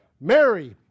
Mary